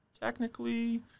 Technically